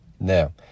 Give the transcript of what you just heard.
Now